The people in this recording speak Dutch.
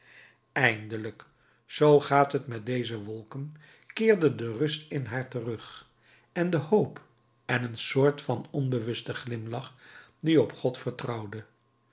eindelijk zoo gaat het met deze wolken keerde de rust in haar terug en de hoop en een soort van onbewusten glimlach die op god vertrouwde